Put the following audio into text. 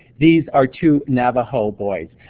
these are two navajo boys.